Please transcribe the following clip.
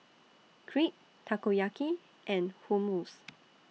Crepe Takoyaki and Hummus